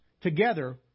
Together